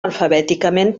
alfabèticament